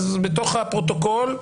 בתוך הפרוטוקול,